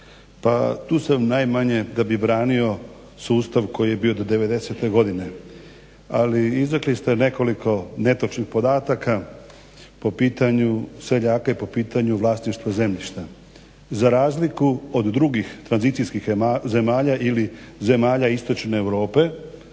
tu sam najmanje da bih branio sustav koji je bio do '90-e godine ali izrekli ste nekoliko netočnih podataka po pitanju seljaka i po pitanju vlasništva zemljišta. Za razliku od drugih tranzicijskih zemalja ili zemalja istočne Europe